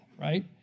right